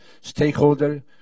stakeholder